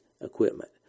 equipment